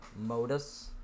Modus